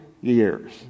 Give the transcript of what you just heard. years